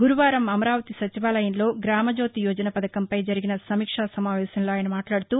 గురువారం అమరావతి సచివాలయంలో గ్రామజ్యోతి యోజన పథకం పై జరిగిన సమీక్షా సమావేశంలో ఆయన మాట్లాడుతూ